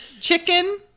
chicken